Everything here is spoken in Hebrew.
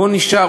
והוא נשאר,